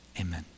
amen